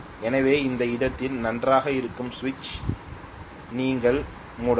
எனவே அந்த இடத்தில் நன்றாக இருக்கும் சுவிட்சை நீங்கள் மூடலாம்